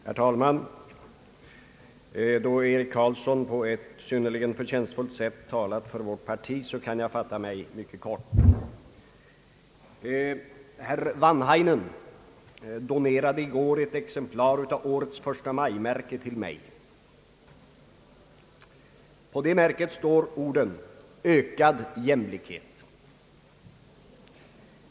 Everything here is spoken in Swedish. Herr talman! Då herr Eric Carlsson på ett synnerligen förtjänstfullt sätt talat för vårt parti kan jag fatta mig mycket kort. Herr Wanhainen donerade i går ett exemplar av årets förstamajmärke till mig. På det märket står orden »Ökad jämlikhet».